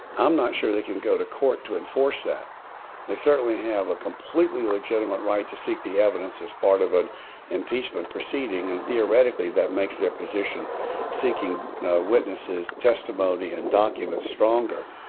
i'm not sure they can go to court to enforce that they certainly have a completely legitimate right to seek the evidence as part of an impeachment proceeding and theoretically that makes their position seeking witnesses testimony and documents stronger.